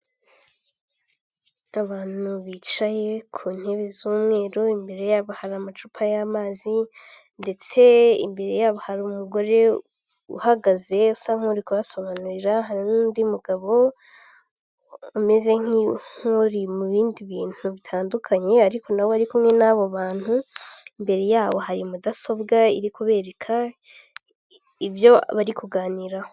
Abantu bicaye ku ntebe z'umweru imbere y'abo hari amacupa y'amazi ndetse imbere y'abo hari umugore uhagaze usa nk'uri kubasobanurira, hari n'undi mugabo umeze nk'uri mu bindi bintu bitandukanye ariko nawe ari kumwe n'abo bantu, imbere y'abo hari mudasobwa iri kubereka ibyo bari kuganiraho.